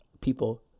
people